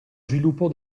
sviluppo